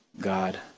God